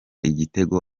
igitego